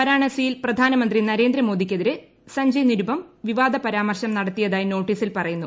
വാരാണസിയിൽ പ്രധാനമന്ത്രി നരേന്ദ്രമോഡിക്കെതിരെ സഞ്ജയ് നിരുപം വിവാദ പരാമർശം നടത്തിയതായി നോട്ടീസിൽ പറയുന്നു